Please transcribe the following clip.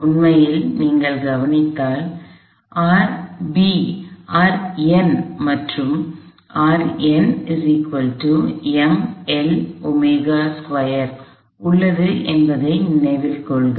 உண்மையில் நீங்கள் கவனித்தால் ஒரு மற்றும் உள்ளது என்பதை நினைவில் கொள்ளுங்கள்